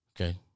Okay